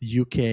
UK